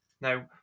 Now